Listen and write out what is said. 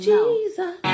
Jesus